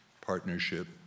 partnership